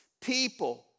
people